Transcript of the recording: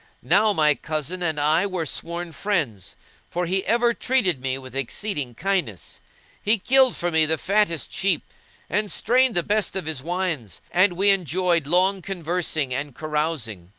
now my cousin and i were sworn friends for he ever entreated me with exceeding kindness he killed for me the fattest sheep and strained the best of his wines, and we enjoyed long conversing and carousing.